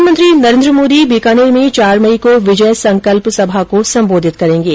प्रधानमंत्री नरेंद्र मोदी बीकानेर में चार मई को विजय संकल्प सभा को सम्बोधित करेंगे